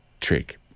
trick